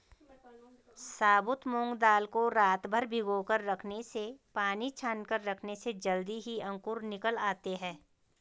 साबुत मूंग दाल को रातभर भिगोकर रखने से पानी छानकर रखने से जल्दी ही अंकुर निकल आते है